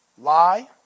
lie